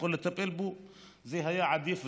זה עדיף,